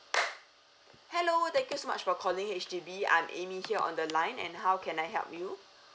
hello thank you so much for calling H_D_B I'm amy here on the line and how can I help you